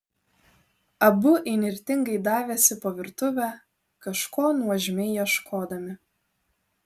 abu įnirtingai davėsi po virtuvę kažko nuožmiai ieškodami